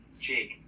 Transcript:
Jake